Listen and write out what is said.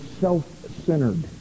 self-centered